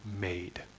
made